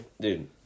Dude